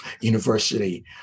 University